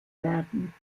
werden